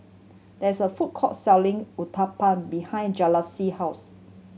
there is a food court selling Uthapam behind Julisa's house